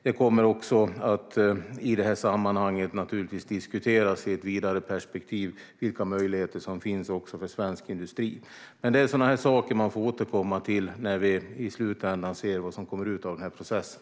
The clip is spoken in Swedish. Vilka möjligheter som finns för svensk industri kommer att diskuteras i ett vidare perspektiv. Det är sådana saker vi får återkomma till när vi i slutändan ser vad som kommer ut av processen.